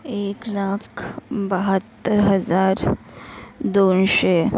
एक लाख बहात्तर हजार दोनशे